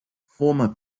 former